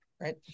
right